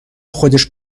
خودش